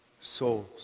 souls